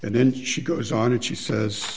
and then she goes on and she says